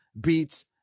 beats